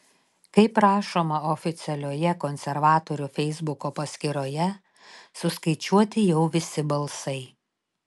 kaip rašoma oficialioje konservatorių feisbuko paskyroje suskaičiuoti jau visi balsai